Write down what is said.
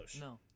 No